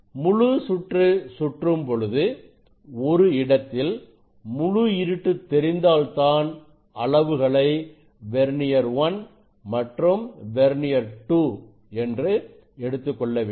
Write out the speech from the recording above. முழு சுற்று சுற்றும் பொழுது ஒரு இடத்தில் முழு இருட்டு தெரிந்தால்தான் அளவுகளை வெர்னியர்1 மற்றும் வெர்னியர் 2 என்று எடுத்துக்கொள்ள வேண்டும்